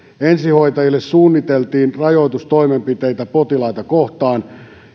ensihoitajille suunniteltiin rajoitustoimenpiteitä potilaita kohtaan